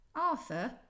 Arthur